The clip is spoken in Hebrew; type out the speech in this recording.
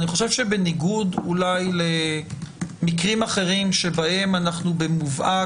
שאני חושב שבניגוד למקרים אחרים בהם אנחנו במובהק